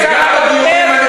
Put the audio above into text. גם בגיורים,